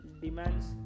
demands